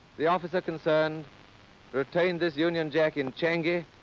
the officer concerned retained this union jack in changi,